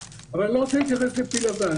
אבל אני לא רוצה להתייחס לפיל לבן,